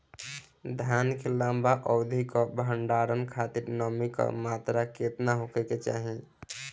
धान के लंबा अवधि क भंडारण खातिर नमी क मात्रा केतना होके के चाही?